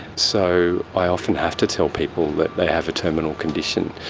so i often have to tell people that they have a terminal condition.